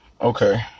Okay